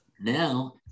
Now